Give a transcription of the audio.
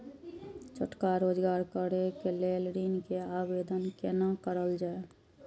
छोटका रोजगार करैक लेल ऋण के आवेदन केना करल जाय?